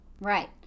Right